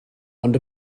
ond